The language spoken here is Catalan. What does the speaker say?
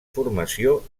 formació